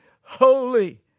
holy